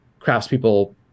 craftspeople